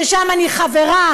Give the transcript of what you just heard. ששם אני חברה,